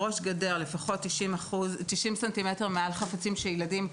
ראש גדר לפחות 90 ס"מ מעל חפצים שילדים יכולים לעלות עליהם.